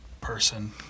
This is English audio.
person